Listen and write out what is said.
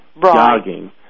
jogging